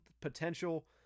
potential